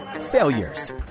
failures